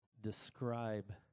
describe